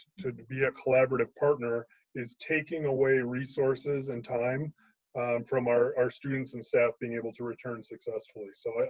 to to be a collaborative partner is taking away resources and time from our our students and staff being able to return successfully. so,